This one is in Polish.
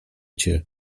cię